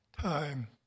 time